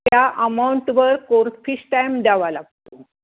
त्या आमाऊंटवर court fee stamp द्यावा लागतो